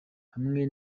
hamwe